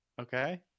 okay